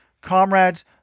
comrades